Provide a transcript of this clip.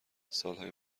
سالهای